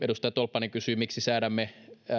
edustaja tolppanen kysyi miksi säädämme